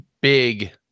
big